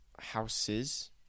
houses